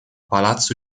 palazzo